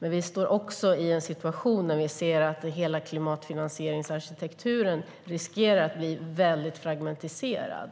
Men vi befinner oss också i en situation där vi ser att hela klimatfinansieringsarkitekturen riskerar att bli mycket fragmentiserad.